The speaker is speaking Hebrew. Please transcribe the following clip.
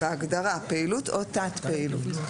בהגדרה "פעילות" או תת-פעילות".